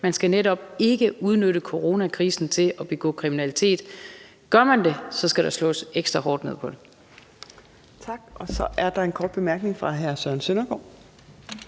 Man skal netop ikke udnytte coronakrisen til at begå kriminalitet. Gør man det, skal der slås ekstra hårdt ned på det. Kl. 13:27 Fjerde næstformand (Trine Torp): Tak. Så er der en kort bemærkning fra hr. Søren Søndergaard.